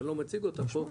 אני לא מציג אותה פה,